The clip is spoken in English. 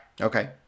Okay